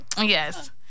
Yes